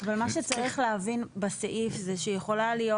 אבל מה שצריך להבין בסעיף זה שיכולה להיות,